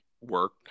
work